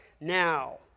now